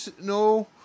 no